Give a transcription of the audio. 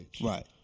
Right